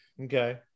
Okay